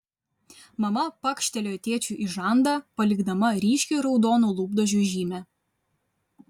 mama pakštelėjo tėčiui į žandą palikdama ryškiai raudonų lūpdažių žymę